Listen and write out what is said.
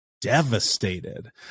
devastated